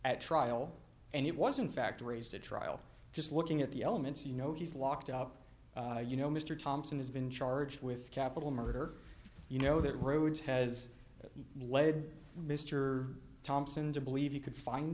at trial and it wasn't factories to trial just looking at the elements you know he's locked up you know mr thompson has been charged with capital murder you know that rhodes has led mr thompson to believe he could find